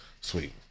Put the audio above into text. Sweet